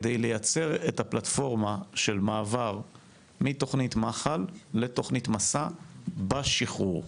כדי לייצר את הפלטפורמה של מעבר מתוכנית מח"ל לתוכנית "מסע" בשחרור.